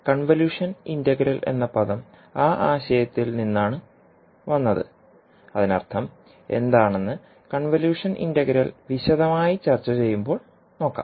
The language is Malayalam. കൺവല്യൂഷൻ ഇന്റഗ്രൽ എന്ന പദം ആ ആശയത്തിൽ നിന്നാണ് വന്നത് അതിനർത്ഥം എന്താണെന്ന് കൺവല്യൂഷൻ ഇന്റഗ്രൽ വിശദമായി ചർച്ച ചെയ്യുമ്പോൾ നോക്കാം